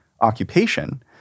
occupation